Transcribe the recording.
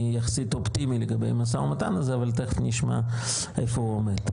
אני מספיק אופטימי לגבי המשא ומתן הזה אבל תכף נשמע איפה הוא עומד.